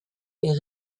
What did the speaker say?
est